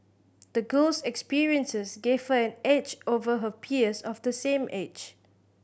the girl's experiences gave her an edge over her peers of the same age